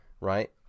right